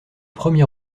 premier